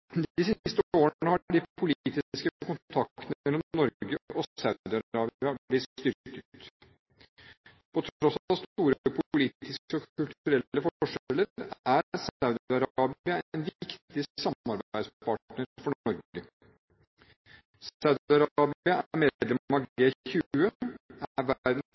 De siste årene har de politiske kontaktene mellom Norge og Saudi-Arabia blitt styrket. På tross av store politiske og kulturelle forskjeller er Saudi-Arabia en viktig samarbeidspartner for Norge. Saudi-Arabia er